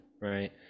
right